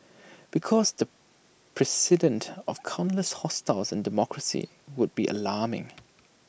because the precedent of common less hostiles in democracy would be alarming